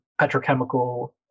petrochemical